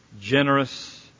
generous